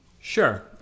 sure